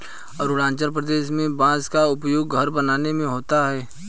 अरुणाचल प्रदेश में बांस का उपयोग घर बनाने में होता है